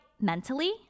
mentally